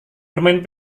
bermain